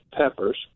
peppers